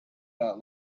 not